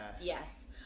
yes